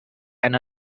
and